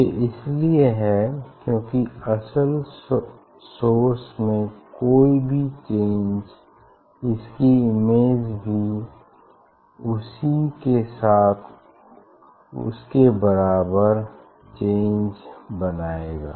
ये इसलिए है क्यूंकि असल सोर्स में कोई भी चेंज इसकी इमेज में भी उसी के साथ उसके बराबर चेंज बनाएगा